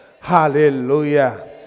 Hallelujah